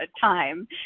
time